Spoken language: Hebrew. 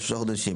כבר שישה חודשים,